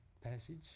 passage